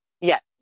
Yes